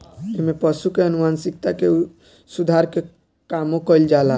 एमे पशु के आनुवांशिकता के सुधार के कामो कईल जाला